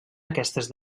aquestes